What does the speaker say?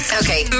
okay